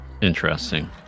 Interesting